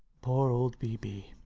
poor old b. b.